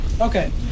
Okay